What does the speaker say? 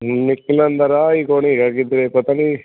ਨਿਕਲਣ ਦਾ ਰਾਹ ਹੀ ਕੋਈ ਨਹੀਂ ਹੈਗਾ ਕਿਧਰੇ ਪਤਾ ਨਹੀਂ